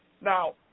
Now